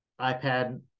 iPad